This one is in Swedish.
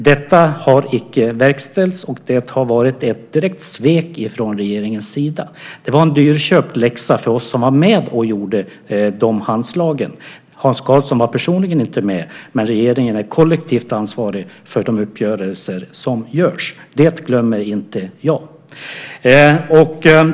Detta har inte verkställts, och det har varit ett direkt svek från regeringens sida. Det var en dyrköpt läxa för oss som var med och gjorde de handslagen. Hans Karlsson var personligen inte med, men regeringen är kollektivt ansvarig för de uppgörelser som träffas. Det glömmer inte jag.